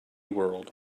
world